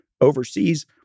overseas